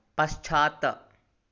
पश्चात्